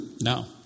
now